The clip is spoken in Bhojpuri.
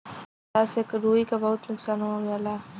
बरसात से रुई क बहुत नुकसान हो जाला